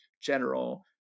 general